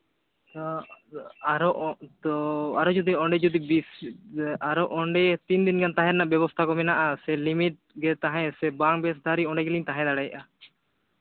ᱟᱨᱦᱚᱸ ᱡᱩᱫᱤ ᱚᱸᱰᱮ ᱡᱩᱫᱤ ᱵᱤᱥ ᱟᱨᱦᱚᱸ ᱚᱸᱰᱮ ᱛᱤᱱ ᱨᱮᱱᱟᱝ ᱛᱟᱦᱮᱸ ᱨᱮᱱᱟᱝ ᱵᱮᱵᱚᱥᱛᱷᱟ ᱠᱚ ᱢᱮᱱᱟᱜᱼᱟ ᱥᱮ ᱞᱤᱢᱤᱴ ᱜᱮ ᱛᱟᱦᱮᱸ ᱥᱮ ᱵᱟᱝ ᱵᱮᱥ ᱫᱷᱟᱹᱨᱤᱡ ᱚᱸᱰᱮ ᱜᱮᱞᱤᱧ ᱛᱟᱦᱮᱸ ᱫᱟᱲᱮᱭᱟᱜᱼᱟ